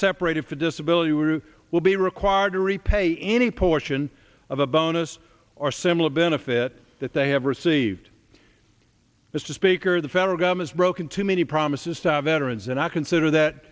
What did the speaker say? separated for disability route will be required to repay any portion of a bonus or similar benefit that they have received mr speaker the federal government's broken too many promises of veterans and i consider that